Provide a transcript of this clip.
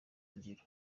ngiro